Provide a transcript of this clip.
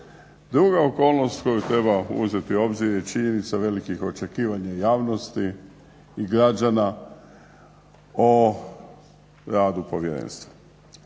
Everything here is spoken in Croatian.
Druga okolnost koju treba uzeti u obzir je činjenica velikih očekivanja javnosti i građana o radu Povjerenstva.